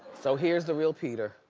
so here's the real peter.